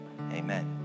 amen